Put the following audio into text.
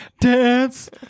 Dance